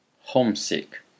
homesick